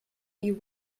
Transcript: you